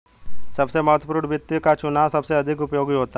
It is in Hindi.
सबसे महत्वपूर्ण वित्त का चुनाव सबसे अधिक उपयोगी होता है